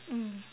mm